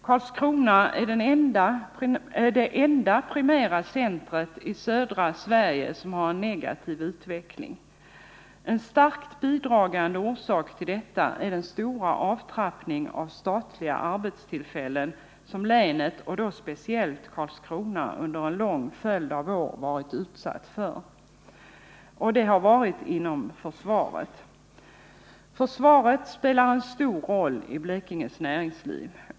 Karlskrona är det enda primära centrum i södra Sverige som har en negativ utveckling. En starkt bidragande orsak till detta är den stora avtrappning av statliga arbetstillfällen som länet, och då speciellt Karlskrona, under en lång följd av år varit utsatt för. Det har varit inom försvaret. Försvaret spelar en stor roll i Blekinges näringsliv.